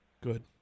Good